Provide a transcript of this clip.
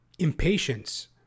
Impatience